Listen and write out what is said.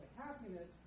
happiness